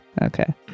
okay